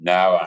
Now